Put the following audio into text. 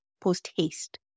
post-haste